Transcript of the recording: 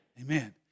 Amen